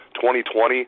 2020